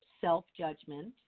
Self-judgment